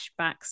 flashbacks